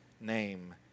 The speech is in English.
name